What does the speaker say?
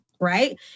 right